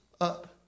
up